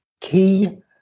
key